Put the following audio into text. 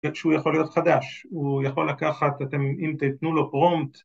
כשהוא יכול להיות חדש הוא יכול לקחת אתם אם תתנו לו פרומט